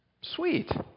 sweet